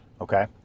Okay